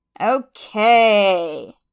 Okay